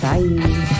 Bye